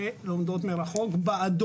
שלומדות במתווה של למידה מרחוק באדום.